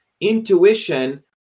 Intuition